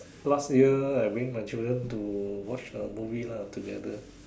last year I bring my children to watch a movie lah together